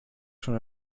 schon